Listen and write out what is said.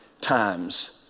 times